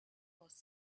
was